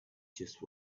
just